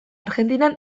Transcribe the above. argentinan